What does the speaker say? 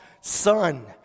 son